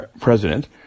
president